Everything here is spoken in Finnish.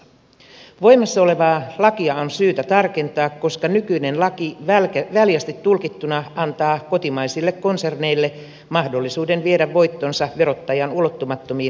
voimassa olevaa lakia on syytä tarkentaa koska nykyinen laki väljästi tulkittuna antaa kotimaisille konserneille mahdollisuuden viedä voittonsa verottajan ulottumattomiin veroparatiiseihin